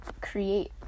create